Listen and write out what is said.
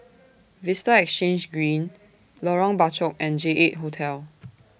Vista Exhange Green Lorong Bachok and J eight Hotel